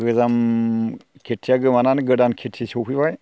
गोजाम खेथिया गोमानानै गोदान खेथि सफैबाय